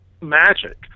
magic